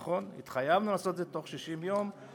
נכון, התחייבנו בתוך 60 יום לעשות את זה.